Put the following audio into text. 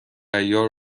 عیار